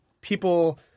people